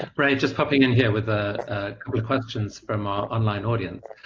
ray, just popping in here with a couple of questions from our online audience.